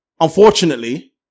Unfortunately